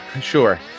Sure